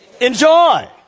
enjoy